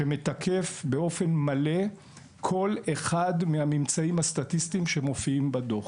שמתקף באופן מלא כל אחד מהממצאים הסטטיסטיים שמופיעים בדו"ח.